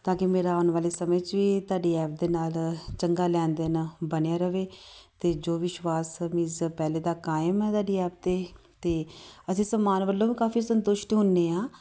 ਤਾਂ ਕਿ ਮੇਰਾ ਆਉਣ ਵਾਲੇ ਸਮੇਂ 'ਚ ਵੀ ਤੁਹਾਡੀ ਐਪ ਦੇ ਨਾਲ ਚੰਗਾ ਲੈਣ ਦੇਣ ਬਣਿਆ ਰਹੇ ਅਤੇ ਜੋ ਵਿਸ਼ਵਾਸ ਮੀਨਜ਼ ਪਹਿਲਾਂ ਦਾ ਕਾਇਮ ਹੈ ਤੁਹਾਡੀ ਐਪ 'ਤੇ ਅਤੇ ਅਸੀਂ ਸਮਾਨ ਵੱਲੋ ਵੀ ਕਾਫ਼ੀ ਸੰਤੁਸ਼ਟ ਹੁੰਦੇ ਹਾਂ